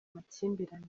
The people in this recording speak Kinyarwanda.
amakimbirane